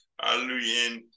Hallelujah